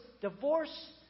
divorce